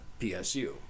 PSU